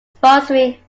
sponsoring